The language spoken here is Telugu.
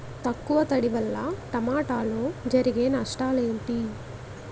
తక్కువ తడి వల్ల టమోటాలో జరిగే నష్టాలేంటి?